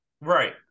right